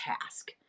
task